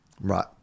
Right